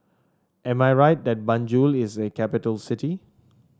am I right that Banjul is a capital city